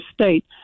state